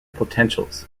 potentials